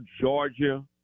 Georgia